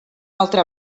altra